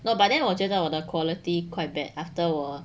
no but then 我觉得我的 quality quite bad after 我